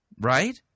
Right